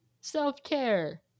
Self-care